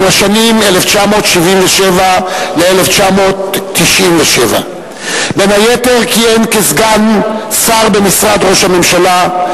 בשנים 1977 1997. בין היתר כיהן כסגן שר במשרד ראש הממשלה,